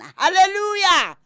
hallelujah